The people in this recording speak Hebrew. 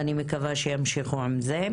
ואני מקווה שימשיכו עם זה,